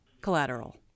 Collateral